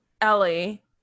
ellie